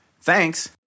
Thanks